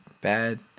bad